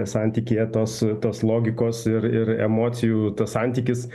santykyje tos tos logikos ir ir emocijų tas santykis